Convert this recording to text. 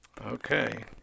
Okay